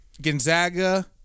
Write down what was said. Gonzaga